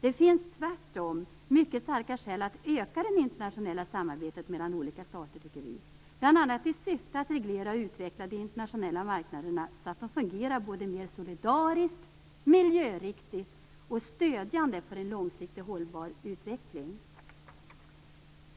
Det finns tvärtom mycket starka skäl att öka det internationella samarbetet mellan olika stater, tycker vi, bl.a. i syfte att reglera och utveckla de internationella marknaderna så att de fungerar både mer solidariskt, miljöriktigt och stödjande för en långsiktigt hållbar utveckling.